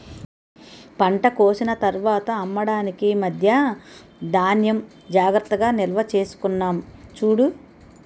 పంట కోసిన తర్వాత అమ్మడానికి మధ్యా ధాన్యం జాగ్రత్తగా నిల్వచేసుకున్నాం చూడు